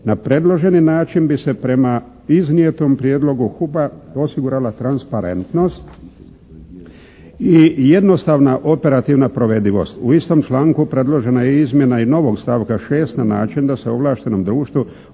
Na predloženi način bi se prema iznijetom prijedlogu HUP-a osigurala transparentnost i jednostavna operativna provedivost. U istom članku predložena je i izmjena novog stavka 6. na način da se ovlaštenom društvu